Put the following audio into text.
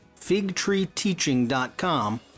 figtreeteaching.com